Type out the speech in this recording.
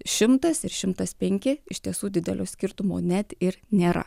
šimtas ir šimtas penki iš tiesų didelio skirtumo net ir nėra